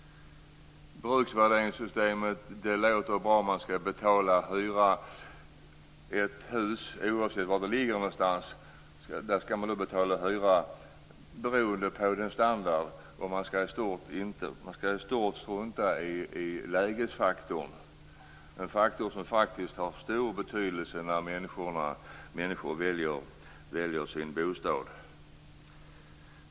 Bruksvärdessystem låter bra. Oavsett var huset ligger skall man betala hyra beroende på standard. Man skall i stort sett strunta i lägesfaktorn, den faktor som faktiskt har stor betydelse när människor väljer sin bostad.